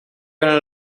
kunnen